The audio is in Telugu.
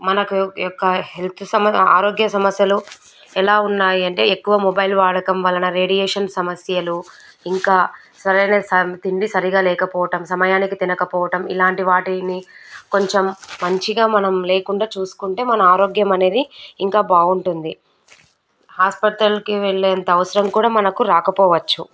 మనకు యొక్క హెల్త్ సమ ఆరోగ్య సమస్యలు ఎలా ఉన్నాయి అంటే ఎక్కువ మొబైల్ వాడకం వలన రేడియేషన్ సమస్యలు ఇంకా సరైన సం తిండి సరిగా లేకపోవటం సమయానికి తినకపోవటం ఇలాంటి వాటిని కొంచెం మంచిగా మనం లేకుండా చూసుకుంటే మన ఆరోగ్యం అనేది ఇంకా బాగుంటుంది హాస్పిటల్కి వెళ్ళేంత అవసరం కూడా మనకు రాకపోవచ్చు